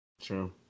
True